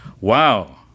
wow